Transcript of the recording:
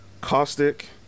caustic